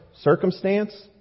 circumstance